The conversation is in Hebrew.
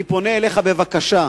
אני פונה אליך בבקשה,